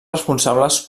responsables